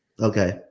Okay